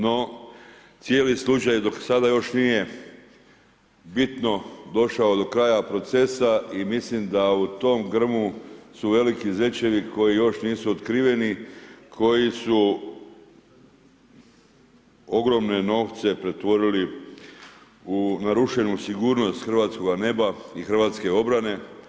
No, cijeli slučaj dok sada još nije bitno došao do kraja procesa i mislim da u tom grmu su veliki zečevi koji još nisu otkriveni, koji su ogromne novce pretvorili u narušenu sigurnost hrvatskoga neba i hrvatske obrane.